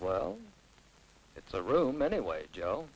well it's a room anyway joe